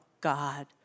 God